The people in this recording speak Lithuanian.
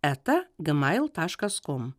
eta gmail taškas kom